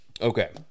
Okay